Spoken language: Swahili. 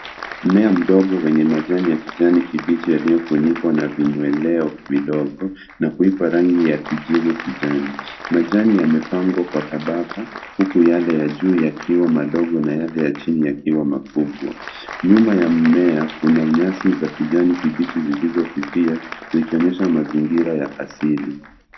Mmea mdogo wenye majani ya kijani kibichi yaliyofunikwa na vinyweleo vidogo na kuipa rangi ya kijani. Majani yamepangwa kwa tabaka huku yale ya juu yakiwa madogo na yale ya chini yakiwa makubwa. Nyuma ya mmea kuna nyasi za kijani kibichi zilizofifia zikionyesha mazingira ya asili.